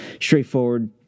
straightforward